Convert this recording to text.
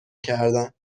کردن